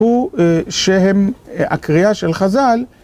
הוא, שהם... הקריאה של חז"ל.